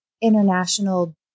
international